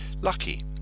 lucky